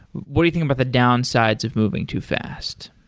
what do you think about the downsides of moving too fast?